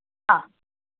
ആ